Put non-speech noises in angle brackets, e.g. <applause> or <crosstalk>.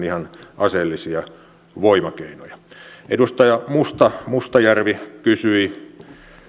<unintelligible> ihan aseellisia voimakeinoja edustaja mustajärvi kysyi